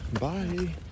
Bye